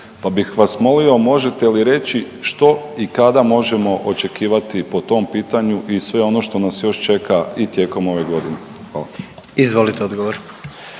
Pa bih vas molio možete li reći što i kada možemo očekivati po tom pitanju i sve ono što nas još čeka i tijekom ove godine. Hvala. **Jandroković,